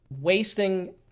wasting